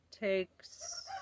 takes